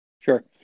Sure